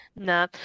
Nah